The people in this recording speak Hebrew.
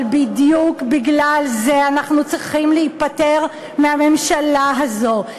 אבל בדיוק בגלל זה אנחנו צריכים להיפטר מהממשלה הזו.